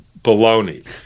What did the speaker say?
baloney